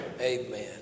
Amen